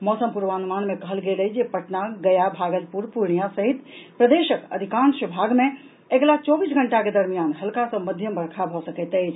मौसम पूर्वानुमान मे कहल गेल अछि जे पटना गया भागलपुर पूर्णियां सहित प्रदेशक अधिकांश भाग मे अगिला चौबीस घंटा के दरमियान हल्का सॅ मध्यम बर्षा भऽ सकैत अछि